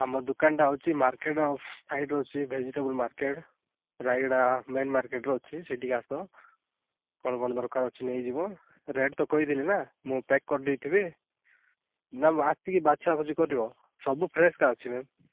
ଆମ ଦୋକାନଟା ହେଉଛି ମାର୍କେଟ୍ ସାଇଟ୍ରେ ଅଛି ଭେଜିଟେବୁଲ୍ ମାର୍କେଟ୍ ରାୟଗଡ଼ା ମେନ୍ ମାର୍କେଟ୍ର ଅଛି ସେଠିକି ଆସ କ'ଣ କ'ଣ ଦରକାର ଅଛି ନେଇଯିବ ରେଟ୍ ତ କହିଦେଲି ନା ମୁଁ ପ୍ୟାକ୍ କରିଦେଇଥିବି ନା ଆସିକି ବାଛା ବଛି କରିବ ସବୁ ଫ୍ରେସ୍କା ଅଛି ମ୍ୟାମ୍